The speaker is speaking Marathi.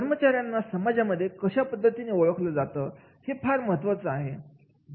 कर्मचाऱ्यांना समाजामध्ये कशा पद्धतीने ओळखलं जातं हे फार महत्त्वाचं आहे